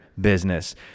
business